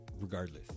regardless